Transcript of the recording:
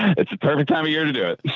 it's a perfect time of year to do it.